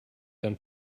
than